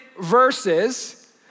verses